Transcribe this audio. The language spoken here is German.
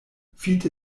fiete